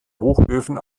hochöfen